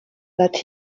that